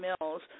Mills